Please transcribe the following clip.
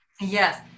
Yes